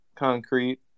Concrete